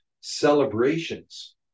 celebrations